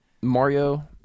Mario